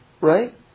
right